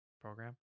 program